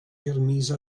permise